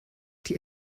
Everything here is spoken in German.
die